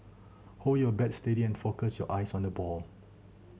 hold your bat steady and focus your eyes on the ball